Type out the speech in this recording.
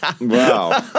Wow